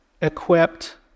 equipped